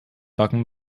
backen